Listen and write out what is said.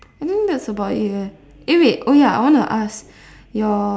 I think that's about it leh eh wait oh ya I want to ask